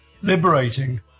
liberating